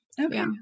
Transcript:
Okay